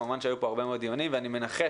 כמובן שהיו כאן הרבה מאוד דיונים ואני מנחש